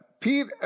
Pete